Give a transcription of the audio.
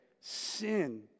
sin